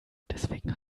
deswegen